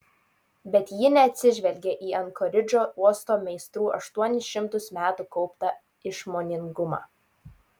bet ji neatsižvelgė į ankoridžo uosto meistrų aštuonis šimtus metų kauptą išmoningumą